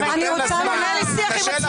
נדבר עם מי שתרצו.